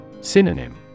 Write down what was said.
Synonym